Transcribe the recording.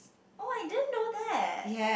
oh I didn't know that